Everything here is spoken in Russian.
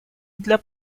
для